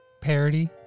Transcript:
parody